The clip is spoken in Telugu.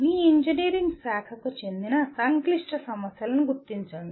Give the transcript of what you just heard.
మీ ఇంజనీరింగ్ శాఖకు చెందిన సంక్లిష్ట సమస్యలను గుర్తించండి